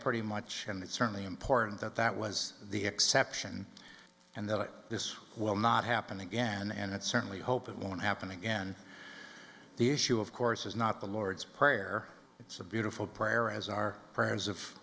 pretty much and it's certainly important that that was the exception and that this will not happen again and it certainly hope it won't happen again the issue of course is not the lord's prayer it's a beautiful prayer as our prayers of